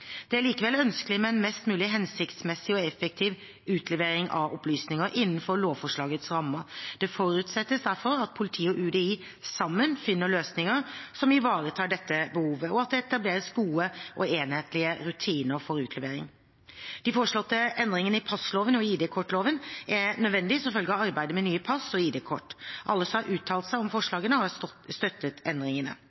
Det er likevel ønskelig med en mest mulig hensiktsmessig og effektiv utlevering av opplysninger, innenfor lovforslagets rammer. Det forutsettes derfor at politiet og UDI sammen finner løsninger som ivaretar dette behovet, og at det etableres gode og enhetlige rutiner for utlevering. De foreslåtte endringene i passloven og ID-kortloven er nødvendig som følge av arbeidet med nye pass og ID-kort. Alle som har uttalt seg om